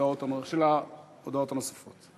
ההודעות הנוספות.